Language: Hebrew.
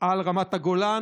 על רמת הגולן.